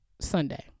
sunday